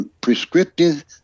prescriptive